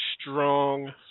strong